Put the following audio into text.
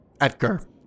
Edgar